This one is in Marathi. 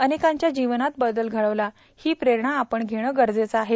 अनेकांच्या जीवनात बदल घडविला ही प्रेरणा आपण घेणे गरजेचे आहे